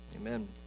Amen